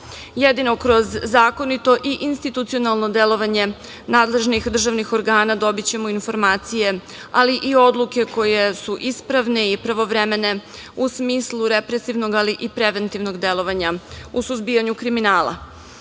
Jedino kroz zakonito i institucionalno delovanje nadležnih državnih organa dobićemo informacije, ali i odluke koje su ispravne i pravovremene u smislu represivnog, ali i preventivnog delovanja u suzbijanju kriminala. Odluka